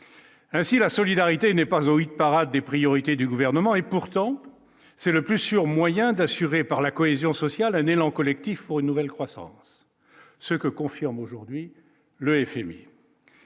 Ainsi, la solidarité n'est pas au hit-parade des priorités du gouvernement, et pourtant c'est le plus sûr moyen d'assurer par la cohésion sociale annulant collectif pour une nouvelle croissance, ce que confirme aujourd'hui le FMI.